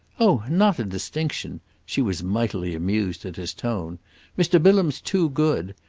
oh not a distinction she was mightily amused at his tone mr. bilham's too good.